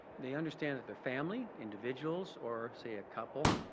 they understand that the family, individuals, or say a couple,